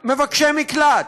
מבקשי מקלט,